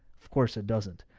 of course it doesn't.